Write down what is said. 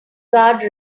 guard